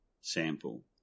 sample